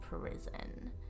prison